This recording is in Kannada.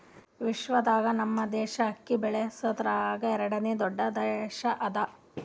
ವಿಶ್ವದಾಗ್ ನಮ್ ದೇಶ ಅಕ್ಕಿ ಬೆಳಸದ್ರಾಗ್ ಎರಡನೇ ದೊಡ್ಡ ದೇಶ ಅದಾ